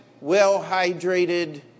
well-hydrated